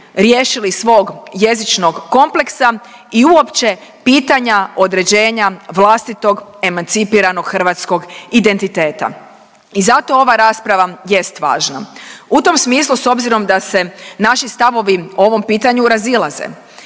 riješili svog jezičnog kompleksa i uopće pitanja određenja vlastitog emancipiranog hrvatskog identiteta. I zato ova rasprava jest važna. U tom smislu s obzirom da se naši stavovi o ovom pitanju razilaze,